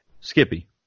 Skippy